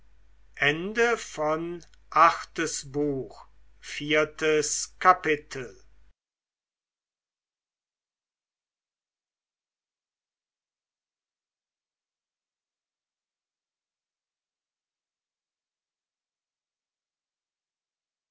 achtes buch erstes kapitel